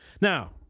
Now